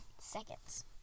seconds